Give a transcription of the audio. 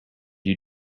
you